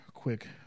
Quick